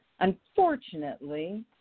Unfortunately